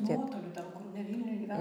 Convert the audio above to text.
nuotoliu ten kur ne vilniuj gyvena